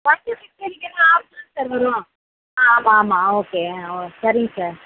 one two fifth வரைக்குமே half தான் sir வரும் ஆ ஆமாம் ஆமாம் ஓகே ஆ ஓ சரிங்க சார்